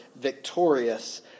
victorious